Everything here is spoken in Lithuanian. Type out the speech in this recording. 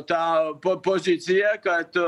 tą po poziciją kad